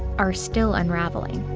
are still unraveling.